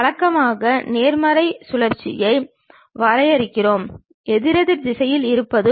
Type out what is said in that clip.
ஆனால் இது 3 கோடுகளை அடிப்படையாக கொண்டது